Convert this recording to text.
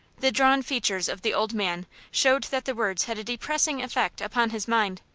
the drawn features of the old man showed that the words had a depressing effect upon his mind,